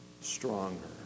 stronger